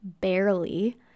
barely